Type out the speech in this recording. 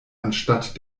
anstatt